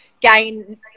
gain